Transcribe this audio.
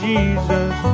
Jesus